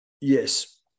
Yes